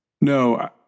No